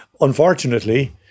unfortunately